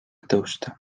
tõusta